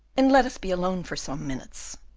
and let us be alone for some minutes.